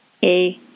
Hey